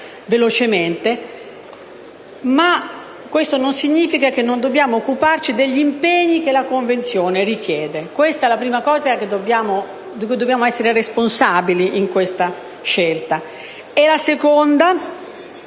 velocemente - o che non dobbiamo occuparci degli impegni che la Convenzione richiede. Questa è la prima cosa di cui dobbiamo essere responsabili in questa scelta. Il secondo